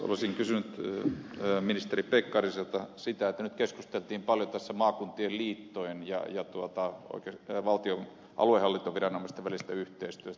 olisin kysynyt ministeri pekkariselta siitä kun nyt keskusteltiin paljon tässä maakuntien liittojen ja valtion aluehallintoviranomaisten välisestä yhteistyöstä